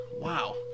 wow